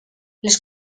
les